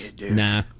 Nah